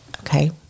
Okay